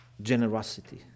Generosity